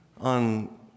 on